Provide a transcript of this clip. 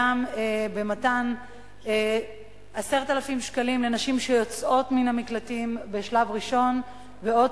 גם במתן 10,000 שקלים לנשים שיוצאות מן המקלטים בשלב ראשון ועוד